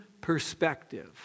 perspective